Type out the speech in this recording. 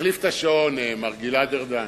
תחליף את השעון, מר גלעד ארדן.